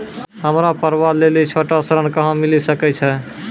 हमरा पर्वो लेली छोटो ऋण कहां मिली सकै छै?